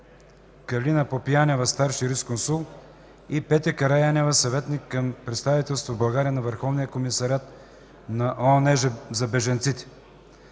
Калина Попянева – старши юрисконсулт, и Петя Караянева – съветник към представителството в България на Върховния комисариат на ООН за бежанците.